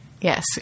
Yes